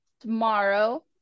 tomorrow